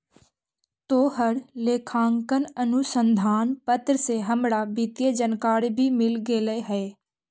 तोहर लेखांकन अनुसंधान पत्र से हमरा वित्तीय जानकारी भी मिल गेलई हे